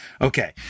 Okay